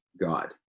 God